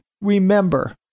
remember